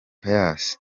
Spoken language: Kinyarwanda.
pius